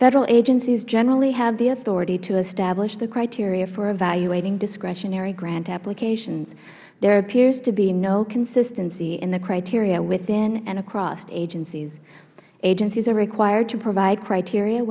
federal agencies generally have the authority to establish the criteria for evaluating discretionary grant applications there appears to be no consistency in the criteria within and across agencies agencies are required to provide criteria